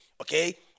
Okay